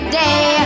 day